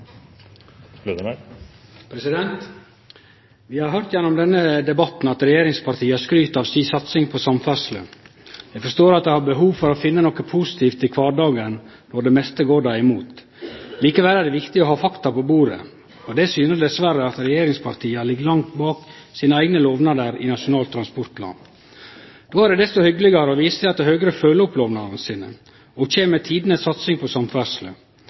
Folkeparti. Vi har høyrt gjennom heile denne debatten at regjeringspartia skryter av si satsing på samferdsle. Eg forstår at dei har behov for å finne noko positivt i kvardagen når det meste går dei imot. Likevel er det viktig å ha fakta på bordet, og det syner dessverre at regjeringspartia ligg langt bak sine eigne lovnader i Nasjonal transportplan. Då er det desto hyggelegare å vise til at Høgre følgjer opp lovnadene sine og kjem med tidenes satsing på